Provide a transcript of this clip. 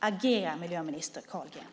Agera, miljöminister Carlgren!